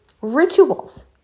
rituals